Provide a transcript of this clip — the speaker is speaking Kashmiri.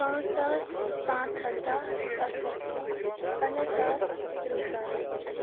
پانٛژھ ساس پانٛژھ ہَتھ دہ سَتھ ہَتھ وُہ پَنٛداہ ساس ترٕہ ساس